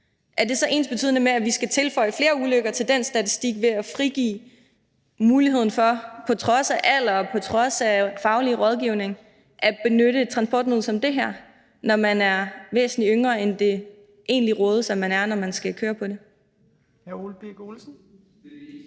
er det så ensbetydende med, at vi skal tilføje flere ulykker til den statistik ved at frigive muligheden for på trods af alder, på trods af faglig rådgivning at benytte et transportmiddel som det her, når man er væsentlig yngre, end det egentlig tilrådes at man er, når man skal køre på det?